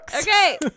okay